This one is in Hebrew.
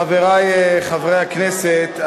חברי חברי הכנסת,